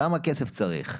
כמה כסף צריך?